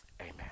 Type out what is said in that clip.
Amen